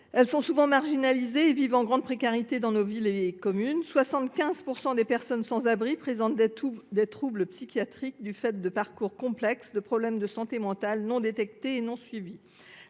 Elles sont souvent marginalisées et vivent dans une grande précarité dans nos communes. À ce jour, 75 % des personnes sans abri présentent des troubles psychiatriques en raison de parcours complexes, de problèmes de santé mentale non détectés et non suivis.